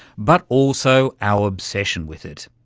but also our obsession with it.